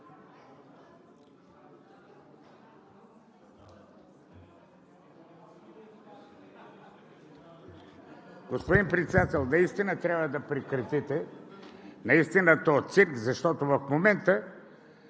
Господин Председател, наистина трябва да прекратите този цирк, защото в момента